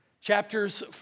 Chapters